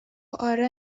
آره